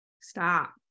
Stop